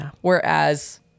Whereas